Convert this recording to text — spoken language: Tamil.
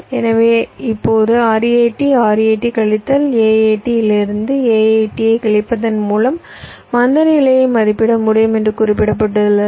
எனவே இப்போது RAT RAT கழித்தல் AAT இலிருந்து AAT ஐக் கழிப்பதன் மூலம் மந்தநிலையை மதிப்பிட முடியும் என்று குறிப்பிடப்பட்டுள்ளது